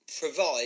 provide